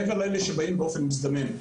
מעבר לאלה שבאים באופן מזדמן.